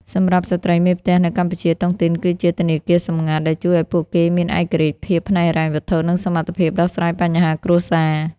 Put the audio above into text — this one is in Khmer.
សម្រាប់ស្រ្តីមេផ្ទះនៅកម្ពុជា តុងទីនគឺជា "ធនាគារសម្ងាត់" ដែលជួយឱ្យពួកគេមានឯករាជ្យភាពផ្នែកហិរញ្ញវត្ថុ និងសមត្ថភាពដោះស្រាយបញ្ហាគ្រួសារ។